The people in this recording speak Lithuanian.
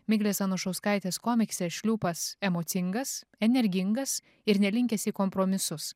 miglės anušauskaitės komikse šliūpas emocingas energingas ir nelinkęs į kompromisus